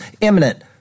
imminent